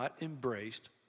embraced